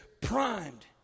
primed